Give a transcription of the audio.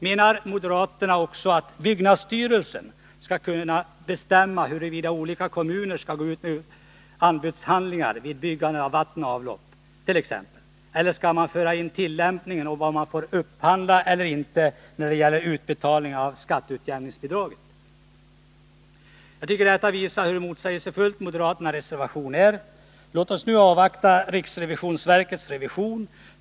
Menar moderaterna också att byggnadsstyrelsen skall kunna bestämma huruvida olika kommuner skall gå ut med anbudshandlingar vid byggandet av anläggningar för vatten och avlopp t.ex.? Eller skall man föra in tillämpningar om vad man får upphandla eller inte när det gäller utbetalningen av skatteutjämningsbidragen? Jag tycker detta visar hur motsägelsefull moderaternas reservation är. Låt oss nu avvakta riksrevisionsverkets revision!